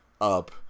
up